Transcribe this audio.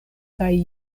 kaj